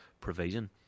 provision